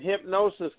hypnosis